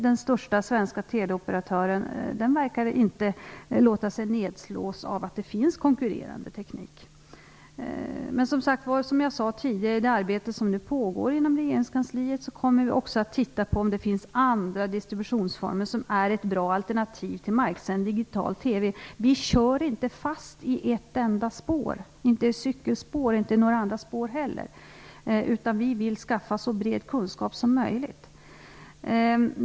Den största svenska teleoperatören verkar inte låta sig nedslås av att det finns konkurrerande teknik. Som jag sade tidigare kommer vi i det arbete som nu pågår i regeringskansliet att titta på om det finns andra distributionsformer som är ett bra alternativ till marksänd digital TV. Vi kör inte fast i ett enda spår, vare sig cykelspår eller några andra spår. Vi vill skaffa oss så bred kunskap som möjligt.